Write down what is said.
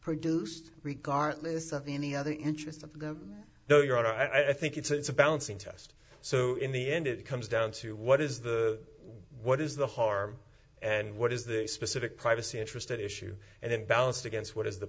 produced regardless of any other interest of the though you're out i think it's a it's a balancing test so in the end it comes down to what is the what is the harm and what is the specific privacy interested issue and then balanced against what is the